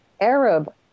Arab